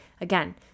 again